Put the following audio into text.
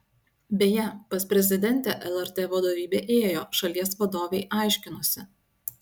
beje pas prezidentę lrt vadovybė ėjo šalies vadovei aiškinosi